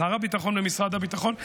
שר הביטחון ומשרד הביטחון.